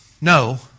No